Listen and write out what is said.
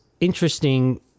interesting